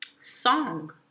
song